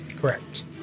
Correct